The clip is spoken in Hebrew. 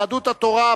יהדות התורה,